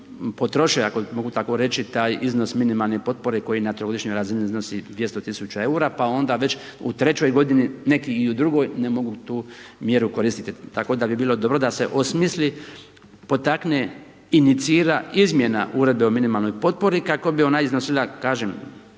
potroše ako mogu tako reći taj iznos minimalne potpore koji na trogodišnjoj razini iznosi 200 tisuća eura pa onda već u trećoj godini, neki i u drugoj ne mogu tu mjeru koristiti. Tako da bi bilo dobro da se osmisli, potakne, inicira izmjena Uredbe o minimalnoj potpori kako bi ona iznosila kažem